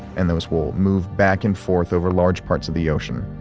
and those will move back and forth over large parts of the ocean.